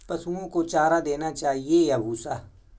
पशुओं को चारा देना चाहिए या भूसा?